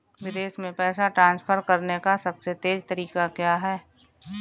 विदेश में पैसा ट्रांसफर करने का सबसे तेज़ तरीका क्या है?